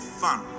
fun